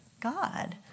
God